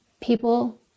people